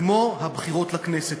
כמו הבחירות לכנסת,